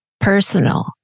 personal